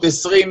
320